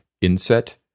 inset